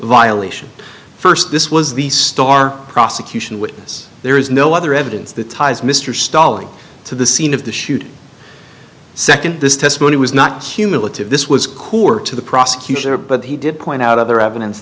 violation first this was the star prosecution witness there is no other evidence that ties mr stalling to the scene of the shooting second this testimony was not cumulative this was coeur to the prosecutor but he did point out other evidence